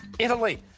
italy.